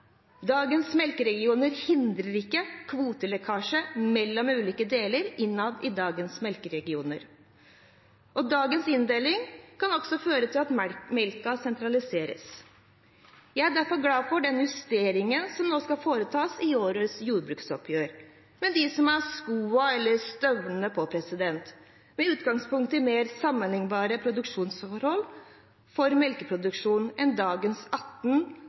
Dagens melkeregioner hindrer ikke kvotelekkasje mellom de ulike delene innad i dagens melkeregioner. Og dagens inndeling kan også føre til at melken sentraliseres. Jeg er derfor glad for den justeringen som nå skal foretas i årets jordbruksoppgjør, med dem som har skoene eller støvlene på, med utgangspunkt i mer sammenlignbare produksjonsforhold for melkeproduksjon enn dagens 18